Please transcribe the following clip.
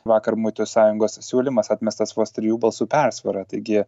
vakar muitų sąjungos siūlymas atmestas vos trijų balsų persvara taigi